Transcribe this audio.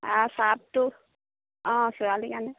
আৰু চাৰ্টটো অঁ ছোৱালীৰ কাৰণে